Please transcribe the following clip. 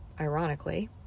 ironically